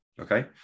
Okay